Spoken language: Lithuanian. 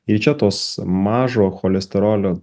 ir čia tos mažo cholesterolio